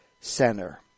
Center